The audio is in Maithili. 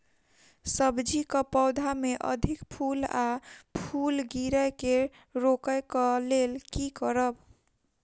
सब्जी कऽ पौधा मे अधिक फूल आ फूल गिरय केँ रोकय कऽ लेल की करब?